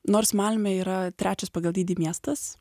nors malmė yra trečias pagal dydį miestas